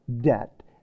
debt